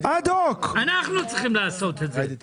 אנחנו צריכים לעשות את זה.